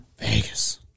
Vegas